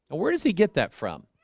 where does he get that from?